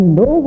no